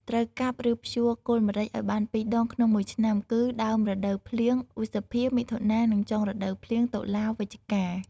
ត្រូវកាប់ ឬ ភ្ជួរគល់ម្រេចឱ្យបាន២ដងក្នុង១ឆ្នាំគឺដើមរដូវភ្លៀង ឧសភា-មិថុនា និងចុងរដូវភ្លៀង តុលា-វិច្ឆិកា។